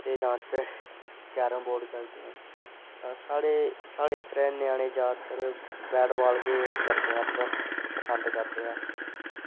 ते जां ते कैरम बोर्ड करदे ऐ आं साढ़े इद्धर दे ञ्यानें जैदातर बैट बॉल ई करदे आ पसंद करदे आं